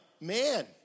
man